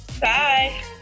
Bye